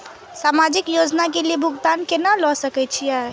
समाजिक योजना के भुगतान केना ल सके छिऐ?